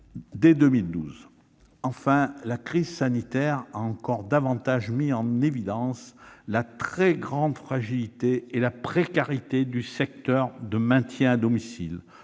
en 2012. Enfin, la crise sanitaire a encore davantage mis en évidence la très grande fragilité et la précarité du secteur du maintien à domicile.